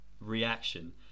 reaction